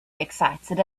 excited